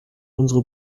unsere